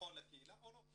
נכון לקהילה או לא.